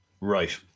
Right